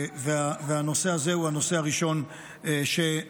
והנושא הזה הוא הנושא הראשון שמתקדם.